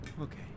Okay